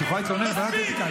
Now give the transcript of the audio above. את יכולה להתלונן לוועדת האתיקה.